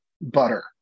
butter